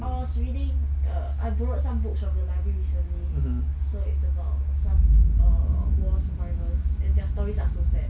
I was reading uh I borrowed some books from the library recently so it's about some uh war survivors and their stories are so sad